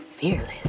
fearless